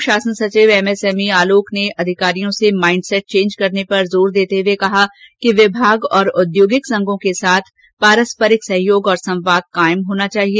प्रमुख शासन सचिव एमएसएमई आलोक ने अधिकारियों से माइण्डसेट चेंज करने पर जोर देते हए कहा कि विभाग और औद्योगिक संघों के साथ पारस्परिक सहयोग और संवाद कायम होना चाहिए